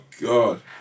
God